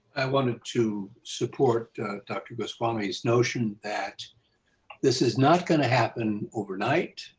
i wanted to support dr. goswami's notion that this is not going to happen overnight.